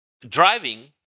Driving